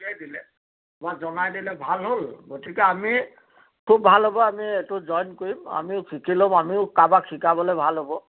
মই জনাই দিলে ভাল হ'ল গতিকে আমি খুব ভাল হ'ব আমি এইটো জইন কৰিম আমিও শিকি ল'ম আমিও কাৰোবাক শিকাবলৈ ভাল হ'ব